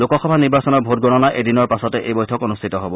লোকসভা নিৰ্বাচনৰ ভোটগণনা এদিনৰ পাছতে এই বৈঠক অনূষ্ঠিত হ'ব